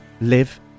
live